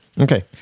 Okay